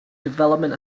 development